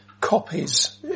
copies